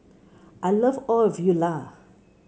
I love all of you lah